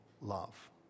love